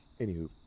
Anywho